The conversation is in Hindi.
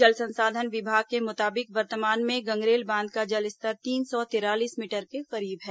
जल संसाधन विभाग के मुताबिक वर्तमान में गंगरेल बांध का जलस्तर तीन सौ तिरालीस मीटर के करीब है